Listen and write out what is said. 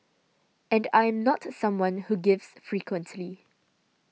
and I am not someone who gives frequently